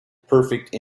perfect